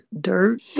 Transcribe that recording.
dirt